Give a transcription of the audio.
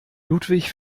ludwig